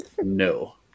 No